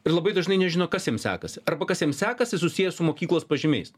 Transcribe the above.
ir labai dažnai nežino kas jam sekasi arba kas jam sekasi susijęs su mokyklos pažymiais